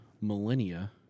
millennia